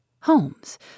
Holmes